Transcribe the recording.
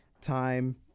time